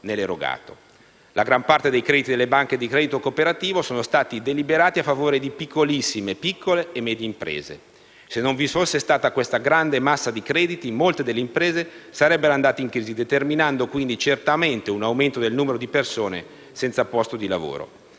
La gran parte dei crediti delle banche di credito cooperativo sono stati deliberati a favore piccolissime, piccole e medie imprese. Se non vi fosse stata questa grande massa di crediti, molte imprese sarebbero andate in crisi, determinando quindi certamente un aumento del numero di persone senza posto di lavoro.